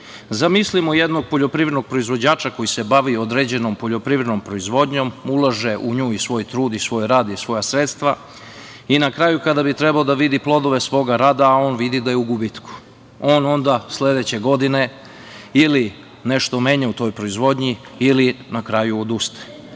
kupci. Zamislimo jednog poljoprivrednog proizvođača koji se bavi određenom poljoprivrednom proizvodnjom, ulaže u nju i svoj trud i svoj rad i svoja sredstva i na kraju, kada bi trebalo da vidi plodove svoga rada, on vidi da je u gubitku. On onda sledeće godine ili nešto menja u toj proizvodnji ili na kraju odustaje.